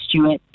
Stewart